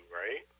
right